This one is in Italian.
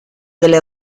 delle